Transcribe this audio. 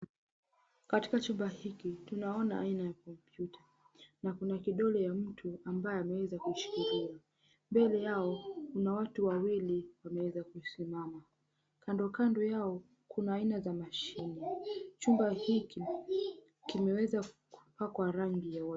Katika chumba hiki tunaona aina ya kompyuta na kuna kidole ya mtu ambaye ameweza kuishikilia. Mbele yao kuna watu wawili wameweza kusimama. Kandokando yao kuna ina za mashine. Chumba hiki kimeweza kupakwa rangi ya waridi.